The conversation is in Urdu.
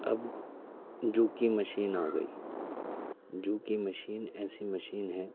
اب جوکہ مشین آ گئی جوکہ مشین ایسی مشین ہے